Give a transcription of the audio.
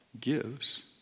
gives